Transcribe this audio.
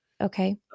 Okay